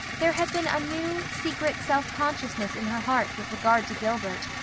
there had been a new, secret self-consciousness in her heart with regard to gilbert,